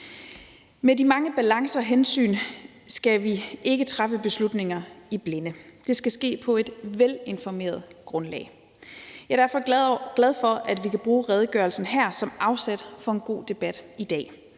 Med de mange balancer og hensyn skal vi ikke træffe beslutninger i blinde. Det skal ske på et velinformeret grundlag. Jeg er derfor glad for, at vi kan bruge redegørelsen her som afsæt for en god debat i dag.